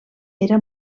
era